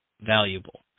valuable